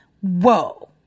Whoa